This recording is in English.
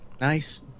nice